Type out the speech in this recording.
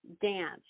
dance